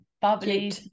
bubbly